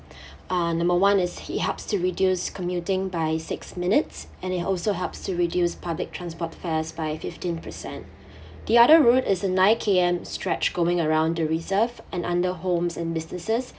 uh number one is it helps to reduce commuting by six minutes and it also helps to reduce public transport fares by fifteen percent the other route is a nine K_M stretch going around the reserve and under homes and businesses